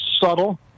subtle